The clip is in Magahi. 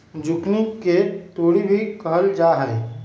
जुकिनी के तोरी भी कहल जाहई